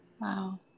wow